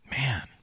man